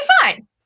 fine